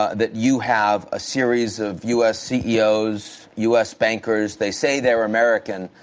ah that you have a series of u. s. ceos, u. s. bankers. they say they're american,